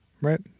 right